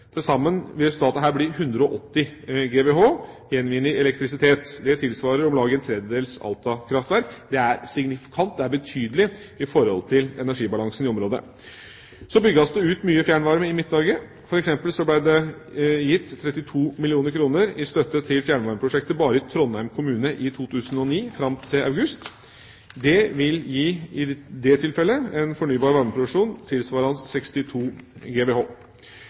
Til sammen vil resultatet her bli 180 GWh gjenvunnet elektrisitet. Det tilsvarer om lag et tredjedels Altakraftverk. Det er signifikant – det er betydelig – i forhold til energibalansen i området. Det bygges ut mye fjernvarme i Midt-Norge. For eksempel ble det gitt 32 mill. kr i støtte til fjernvarmeprosjekter bare i Trondheim kommune i 2009 fram til august. Det vil i det tilfellet gi en fornybar varmeproduksjon tilsvarende 62 GWh.